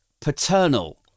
paternal